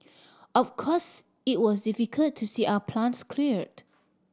of course it was difficult to see our plants cleared